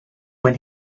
when